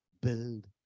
build